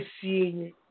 seeing